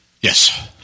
Yes